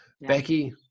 Becky